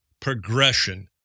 progression